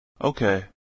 Okay